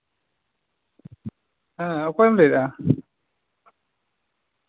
ᱦᱮᱸ ᱚᱠᱚᱭᱮᱢ ᱞᱟᱹᱭᱫᱟ